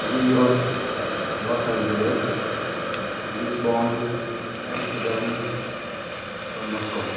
New York Los Angeles Lisbon Amsterdam र Moscow